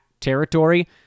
territory